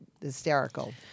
hysterical